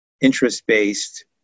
interest-based